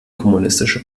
kommunistische